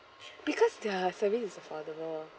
because their service is affordable lah